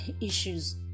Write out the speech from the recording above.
issues